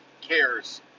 cares